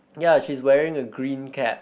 ya she is wearing a green cap